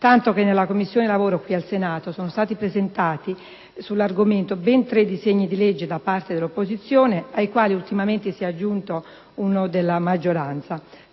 tanto che nella Commissione lavoro del Senato sono stati presentati sull'argomento ben tre disegni di legge da parte dell'opposizione, ai quali ultimamente se ne è aggiunto uno della maggioranza.